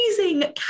amazing